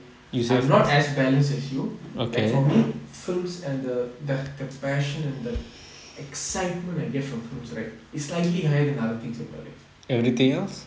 I'm not as balanced as you like for me films and the the passion and the excitement I get from films right it's likely higher than other things in my life